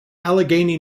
allegheny